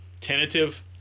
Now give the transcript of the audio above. tentative